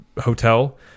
hotel